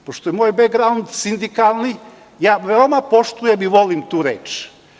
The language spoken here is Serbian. Pošto je moj bekgraund sindikalni, ja veoma poštujem i volim tu reč.